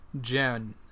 jen